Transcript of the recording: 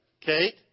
Kate